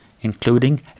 including